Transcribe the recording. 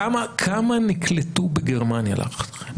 כמה נקלטו בגרמניה להערכתם?